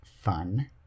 fun